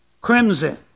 crimson